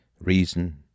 reason